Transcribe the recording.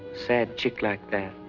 sad chick like that.